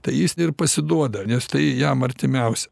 tai jis pasiduoda nes tai jam artimiausia